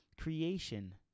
Creation